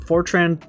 Fortran